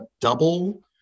double